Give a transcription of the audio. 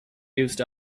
used